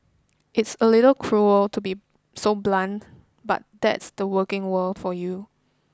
it's a little cruel to be so blunt but that's the working world for you